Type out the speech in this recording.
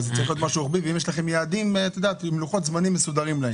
האם יש לכם יעדים עם לוחות זמנים מסודרים?